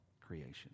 Creation